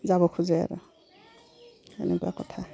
যাব খোজে আৰু সেনেকুৱা কথা